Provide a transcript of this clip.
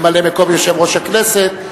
ממלא-מקום יושב-ראש הכנסת,